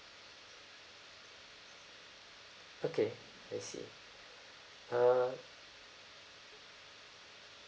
okay I see uh